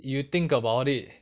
you think about it